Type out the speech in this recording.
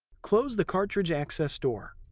close the cartridge access door.